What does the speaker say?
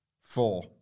Four